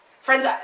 Friends